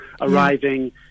arriving